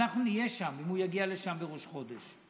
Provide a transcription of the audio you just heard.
אנחנו נהיה שם, אם הוא יגיע לשם בראש חודש.